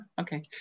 okay